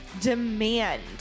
demand